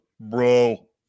bro